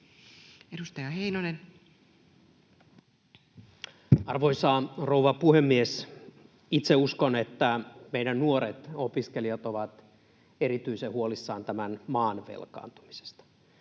17:08 Content: Arvoisa rouva puhemies! Itse uskon, että meidän nuoret opiskelijat ovat erityisen huolissaan tämän maan velkaantumisesta.